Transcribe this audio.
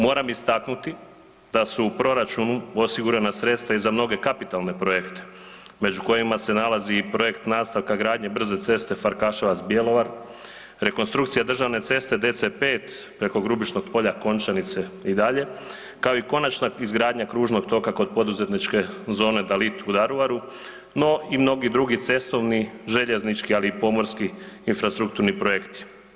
Moram istaknuti da su u proračunu osigurana sredstva i za mnoge kapitalne projekte među kojima se nalazi i projekt nastavka gradnje brze ceste Farkaševac-Bjelovar, rekonstrukcija državne ceste DC5 preko Grubišnog polja-Končanice i dalje kao i konačna izgradnja kružnog toga kod poduzetničke zone DALIT u Daruvaru no i mnogi drugi cestovni, željeznički, ali i pomorski infrastrukturni projekti.